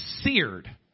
seared